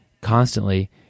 constantly